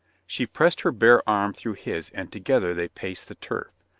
she passed her bare arm through his, and together they paced the turf,